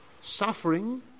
suffering